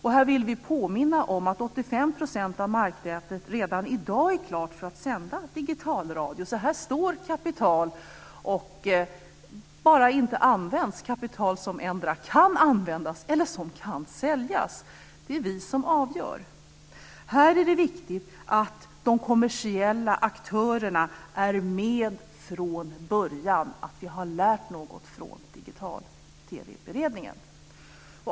Här vill vi påminna om att 85 % av marknätet redan i dag är klart för att sända digitalradio. Här står alltså kapital och bara inte används: kapital som kan endera användas eller säljas. Det är vi som avgör. Här är det viktigt att de kommersiella aktörerna är med från början och att vi har lärt något från digital-TV-beredningen.